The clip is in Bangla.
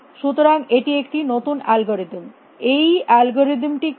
সুতরাং এটি একটি নতুন অ্যালগরিদম এই অ্যালগরিদমটি কী